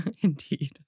Indeed